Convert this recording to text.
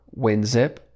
WinZip